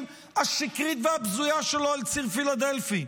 השקרית והבזויה שלו על ציר פילדלפי.